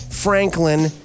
Franklin